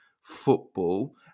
football